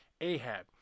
Ahab